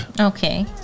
Okay